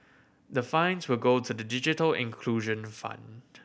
the fines will go to the digital inclusion fund